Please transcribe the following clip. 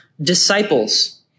disciples